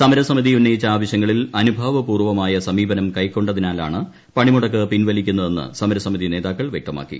സമരസമിതി ഉന്നയിച്ച ആവശ്യങ്ങളിൽ അത്രുഭാവപൂർവ്വമായ സമീപനം കൈകൊണ്ടതിനാലാണ് പണ്ഡിമുടിക്ക് പിൻവലിക്കുന്നതെന്ന് സമരസമിത നേതാക്കൾ വ്യക്തമാക്കി